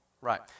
Right